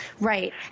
Right